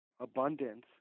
abundance